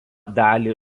dalį